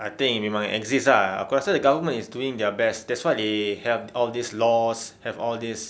I think it memang exist ah aku rasa the government is doing their best that's why they have all these laws have all these